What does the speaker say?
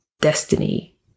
destiny